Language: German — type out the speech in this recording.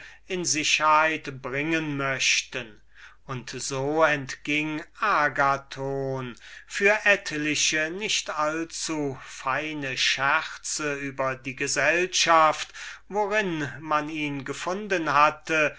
in sicherheit bringen möchten und so entging agathon für etliche nicht allzufeine scherze über die gesellschaft worin man ihn gefunden hatte